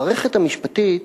המערכת המשפטית